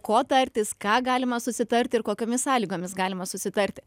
ko tartis ką galima susitarti ir kokiomis sąlygomis galima susitarti